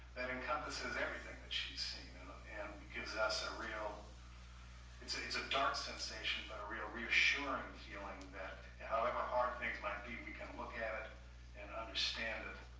that encompasses that everything that she's and because that's a real it's a so dark sensation but a real reassuring feeling that however hard things might be we can look at it and understand it,